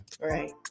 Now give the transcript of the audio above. Right